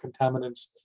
contaminants